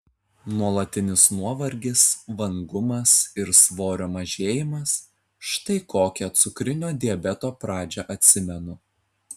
nuolatinis nuovargis vangumas ir svorio mažėjimas štai kokią cukrinio diabeto pradžią atsimenu